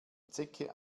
zecke